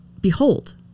behold